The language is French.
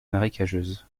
marécageuse